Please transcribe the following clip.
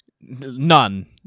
none